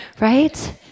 Right